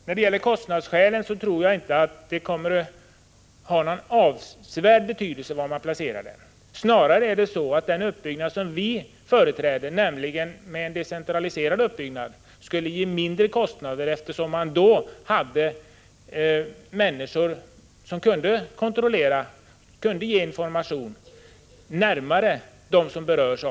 När det gäller kostnadsskäl kan placeringen inte ha någon avsevärd betydelse. Det förslag vi företräder, nämligen en decentraliserad uppbyggnad, skulle snarare ge lägre kostnader om det genomfördes, eftersom man då hade människor som kunde kontrollera och ge information närmare dem som berörs.